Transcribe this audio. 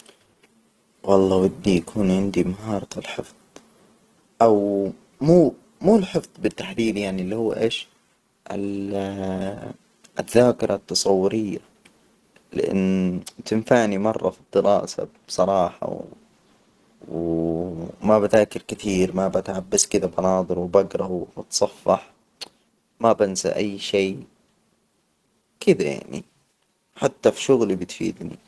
والله ودي يكون عندي مهارة الحفظ. أو مو- مو الحفظ بالتحديد، يعني اللي هو إيش؟ ال الذاكرة التصورية؟ لأن تنفعني مرة في الدراسة بصراحة، وما بذاكر كثير. ما بتعب بس كدا بناظر وبقرأ وبتصفح. ما بنسى أي شي، كده يعني حتى في شغلي بتفيدني.